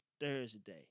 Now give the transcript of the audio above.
Thursday